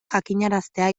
jakinaraztea